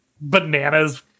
bananas